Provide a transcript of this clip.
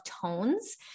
tones